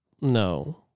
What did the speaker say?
no